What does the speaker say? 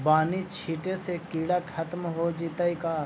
बानि छिटे से किड़ा खत्म हो जितै का?